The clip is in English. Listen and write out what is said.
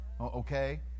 okay